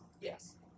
Yes